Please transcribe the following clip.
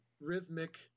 rhythmic